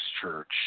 church